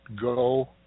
go